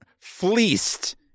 fleeced